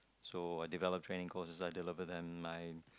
so I develop training courses I deliver them